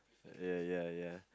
uh ya ya